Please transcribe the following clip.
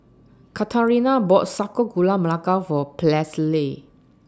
Katharina bought Sago Gula Melaka For Presley